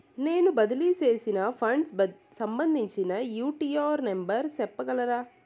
నేను బదిలీ సేసిన ఫండ్స్ సంబంధించిన యూ.టీ.ఆర్ నెంబర్ సెప్పగలరా